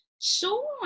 Sure